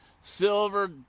Silver